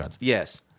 Yes